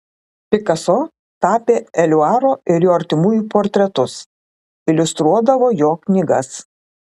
pikaso tapė eliuaro ir jo artimųjų portretus iliustruodavo jo knygas